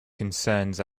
concerns